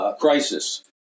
crisis